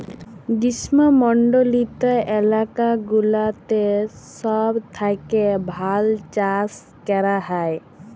গ্রীস্মমন্ডলিত এলাকা গুলাতে সব থেক্যে ভাল চাস ক্যরা হ্যয়